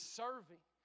serving